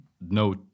no